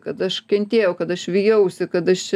kad aš kentėjau kad aš vijausi kad aš čia